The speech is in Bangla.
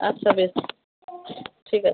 আচ্ছা বেশ ঠিক আছে